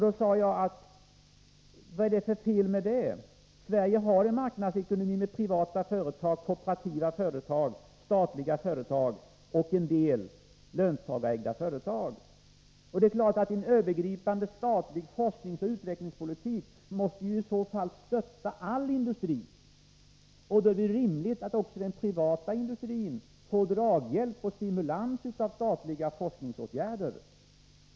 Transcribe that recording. Då sade jag: Vad är det för fel med det? Sverige har en marknadsekonomi med privata, kooperativa och statliga företag samt en del löntagarägda företag. Det är klart att en övergripande statlig forskningsoch utvecklingspolitik i så fall måste stötta all industri. Då är det rimligt att också den privata industrin får draghjälp och stimulans av statliga forskningsåtgärder.